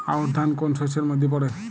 আউশ ধান কোন শস্যের মধ্যে পড়ে?